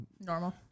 Normal